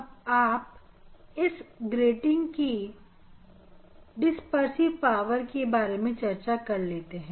अब इस ग्रेडिंग की डिस्पर्सिव पावर के बारे में चर्चा कर लेते हैं